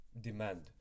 demand